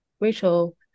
Rachel